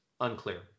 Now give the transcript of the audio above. unclear